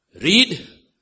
Read